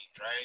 right